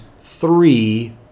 three